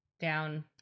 Down